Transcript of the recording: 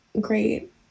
great